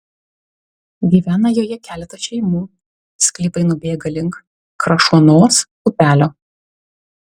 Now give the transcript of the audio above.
gyvena joje keletas šeimų sklypai nubėga link krašuonos upelio